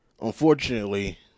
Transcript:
unfortunately